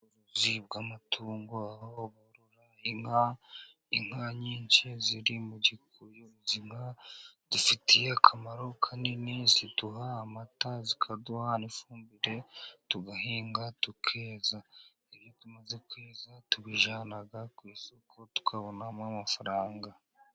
Ubworozi bw'amatungo aho borora inka, inka nyinshi ziri mu gihugu muri ubu buzima, zidufitiye akamaro kanini ziduha amata, zikaduha n'ifumbire tugahinga, tukeza, ibyo tumaze kweza tubijyana ku isoko tukabonamo amafaranga.